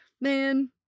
man